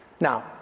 Now